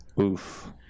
Oof